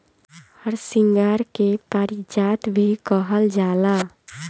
हरसिंगार के पारिजात भी कहल जाला